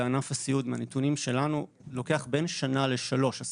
מהנתונים שלנו לוקח בין שנה לשלוש להחזיר אותו.